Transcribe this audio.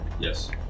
Yes